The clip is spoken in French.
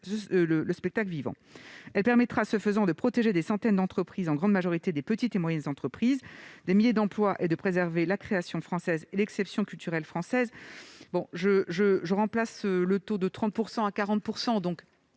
le spectacle vivant. Elle permettra, ce faisant, de protéger des centaines d'entreprises, en grande majorité de petites et moyennes entreprises, des milliers d'emplois, et de préserver la création et l'exception culturelle françaises. Cet amendement tend à remplacer le taux de 30 % par